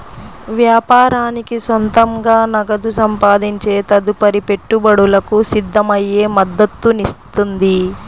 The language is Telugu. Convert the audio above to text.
వ్యాపారానికి సొంతంగా నగదు సంపాదించే తదుపరి పెట్టుబడులకు సిద్ధమయ్యే మద్దతునిస్తుంది